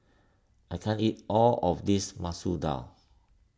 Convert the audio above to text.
I can't eat all of this Masoor Dal